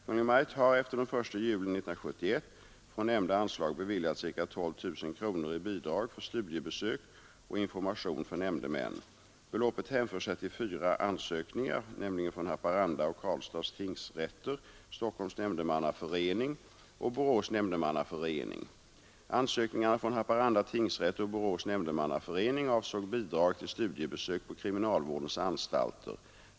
Kungl. Maj:t har efter den 1 juli 1971 från nämnda anslag beviljat ca 12 000 kronor i bidrag för studiebesök och information för nämndemän. Beloppet hänför sig till fyra ansökningar, nämligen från Haparanda och Karlstads tingsrätter, Stockholms nämndemannaförening och Borås nämndemannaförening. Ansökningarna från Haparanda tingsrätt och Borås nämndemannaförening avsåg bidrag till studiebesök på kriminalvårdens anstalter.